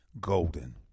golden